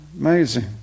Amazing